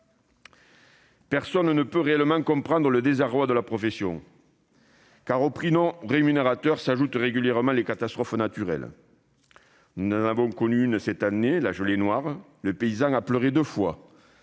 Personne ne peut réellement comprendre le désarroi de la profession : aux prix non rémunérateurs s'ajoutent régulièrement les catastrophes naturelles. Nous en avons vécu une cette année, la gelée noire. Le paysan a pleuré deux fois